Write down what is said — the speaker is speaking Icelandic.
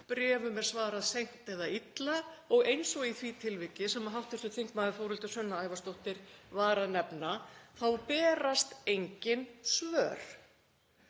Bréfum er svarað seint eða illa og eins og í því tilviki sem hv. þm. Þórhildur Sunna Ævarsdóttir var að nefna þá berast engin svör.